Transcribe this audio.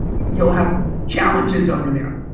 you'll have challenges over there.